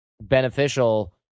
beneficial